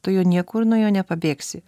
tu jo niekur nuo jo nepabėgsi